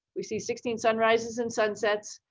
we see sixteen sunrises and sunsets,